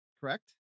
correct